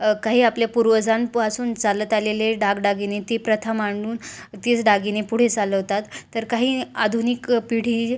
काही आपल्या पूर्वजांपासून चालत आलेले दागदागिने ते प्रथा मांडून तेच दागिने पुढे चालवतात तर काही आधुनिक पिढी